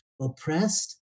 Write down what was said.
oppressed